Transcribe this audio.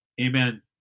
Amen